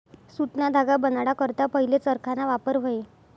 सुतना धागा बनाडा करता पहिले चरखाना वापर व्हये